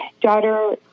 daughter